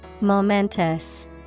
Momentous